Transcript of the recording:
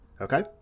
okay